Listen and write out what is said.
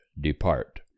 depart